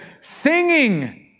singing